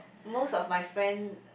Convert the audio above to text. most of my friend